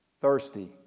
thirsty